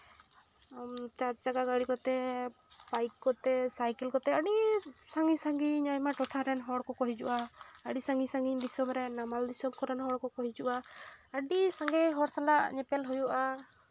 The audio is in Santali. ᱪᱟᱨ ᱪᱟᱠᱟ ᱜᱟᱹᱲᱤ ᱠᱚᱛᱮ ᱵᱟᱭᱤᱠ ᱠᱚᱛᱮ ᱥᱟᱭᱠᱮᱞ ᱠᱚᱛᱮ ᱟᱹᱰᱤ ᱥᱟᱺᱜᱤᱧ ᱥᱟᱺᱜᱤᱧ ᱟᱭᱢᱟ ᱴᱚᱴᱷᱟ ᱨᱮᱱ ᱦᱚᱲ ᱠᱚᱠᱚ ᱦᱤᱡᱩᱜᱼᱟ ᱟᱹᱰᱤ ᱥᱟᱺᱜᱤᱧ ᱥᱟᱺᱜᱤᱧ ᱫᱤᱥᱚᱢ ᱨᱮᱱ ᱱᱟᱢᱟᱞ ᱫᱤᱥᱚᱢ ᱠᱚᱨᱮᱱ ᱦᱚᱲ ᱠᱚᱠᱚ ᱦᱤᱡᱩᱜᱼᱟ ᱟᱹᱰᱤ ᱥᱟᱸᱜᱮ ᱦᱚᱲ ᱥᱟᱞᱟᱜ ᱧᱮᱯᱮᱞ ᱦᱩᱭᱩᱜᱼᱟ